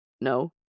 No